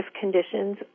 conditions